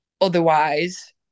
otherwise